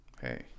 Hey